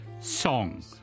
song